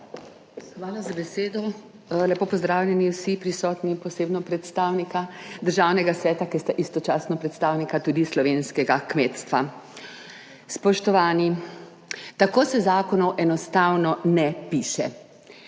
Hvala za besedo. Lepo pozdravljeni vsi prisotni, posebno predstavnika Državnega sveta, ki sta istočasno tudi predstavnika slovenskega kmetstva! Spoštovani, tako se zakonov enostavno ne piše.